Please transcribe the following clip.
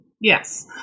Yes